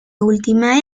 última